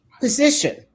Position